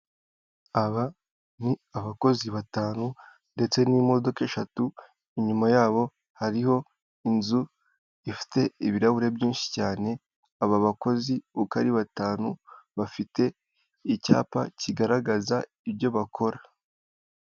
Aba ni abakozi batanu ndetse n'imodoka eshatu, inyuma yabo hariho inzu ifite ibirahure byinshi cyane aba bakozi uko ari batanu bafite icyapa kigaragaza ibyo bakora.